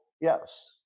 Yes